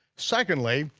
secondly,